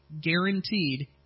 guaranteed